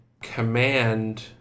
Command